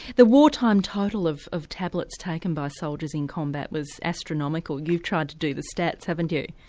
the wartime total of of tablets taken by soldiers in combat was astronomical you've tried to do the stats, haven't you?